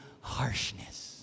harshness